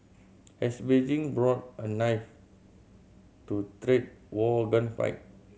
has Beijing brought a knife to trade war gunfight